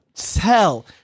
tell